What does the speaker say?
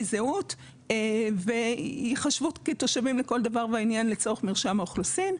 זהות וייחשבו תושבים לכל דבר ועניין לצורך מרשם האוכלוסין,